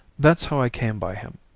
that's how i came by him.